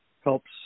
helps